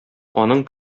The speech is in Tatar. аның